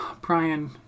Brian